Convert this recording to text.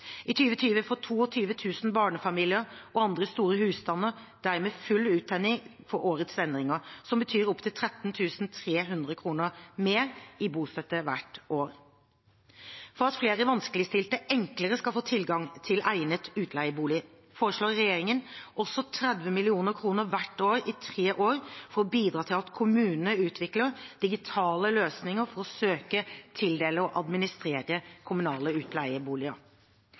I 2020 får 22 000 barnefamilier og andre store husstander dermed full uttelling for årets endringer, som betyr opptil 13 300 kr mer i bostøtte hvert år. For at flere vanskeligstilte enklere skal få tilgang til egnet utleiebolig, foreslår regjeringen også 30 mill. kr hvert år i tre år for å bidra til at kommunene utvikler digitale løsninger for å søke, tildele og administrere kommunale utleieboliger.